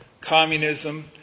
communism